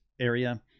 area